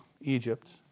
Egypt